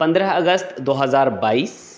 पन्द्रह अगस्त दू हजार बाइस